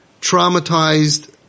traumatized